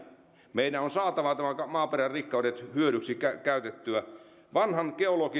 meidän on saatava tämän maaperän rikkaudet käytettyä hyödyksi vanhan